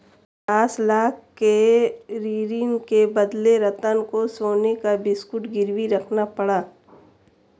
पचास लाख के ऋण के बदले रतन को सोने का बिस्कुट गिरवी रखना पड़ा